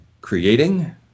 creating